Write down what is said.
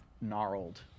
gnarled